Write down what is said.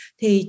Thì